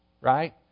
right